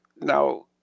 now